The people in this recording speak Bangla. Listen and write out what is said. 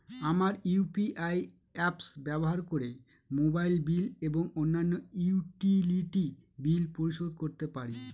আমরা ইউ.পি.আই অ্যাপস ব্যবহার করে মোবাইল বিল এবং অন্যান্য ইউটিলিটি বিল পরিশোধ করতে পারি